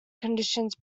conditions